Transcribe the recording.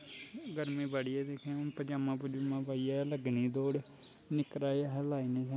गर्मी बड़ी ऐ पजामा पजूमा पाईयै गै लग्गनी ऐ दौड़ निक्कर च असैं लाई ओड़नी